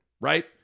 right